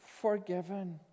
forgiven